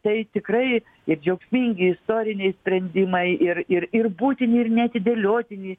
tai tikrai ir džiaugsmingi istoriniai sprendimai ir ir ir būtini ir neatidėliotini